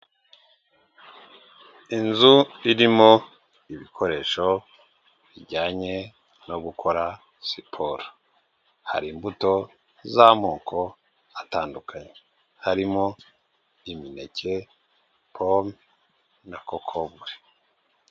Inzu irimo ibikoresho bijyanye no gukora siporo, hari imbuto z'amoko atandukanye, harimo imineke, pome na kokombure.